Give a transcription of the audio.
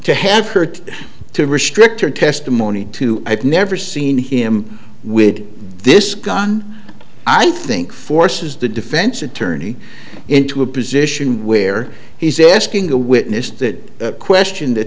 to have hurt to restrict her testimony to i've never seen him with this gun i think forces the defense attorney into a position where he's asking a witness that question that